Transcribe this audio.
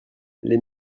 les